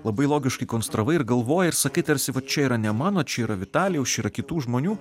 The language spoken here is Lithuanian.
labai logiškai konstravai ir galvoji ir sakai tarsi va čia yra ne mano čia yra vitalijaus čia yra kitų žmonių